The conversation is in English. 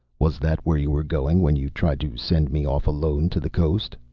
was that where you were going, when you tried to send me off alone to the coast?